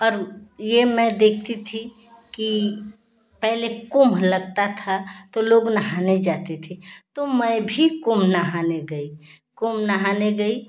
और ये मैं देखती थी की पहले कुम्भ लगता था तो लोग नहाने जाते थे तो मैं भी कुम्भ नहाने गई कुम्भ नहाने गई